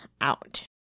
out